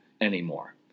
anymore